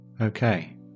Okay